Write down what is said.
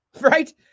right